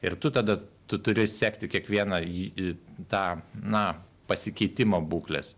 ir tu tada tu turi sekti kiekvieną į e e tą na pasikeitimo būkles